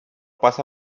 pasa